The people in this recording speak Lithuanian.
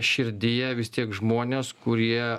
širdyje vis tiek žmonės kurie